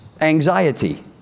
anxiety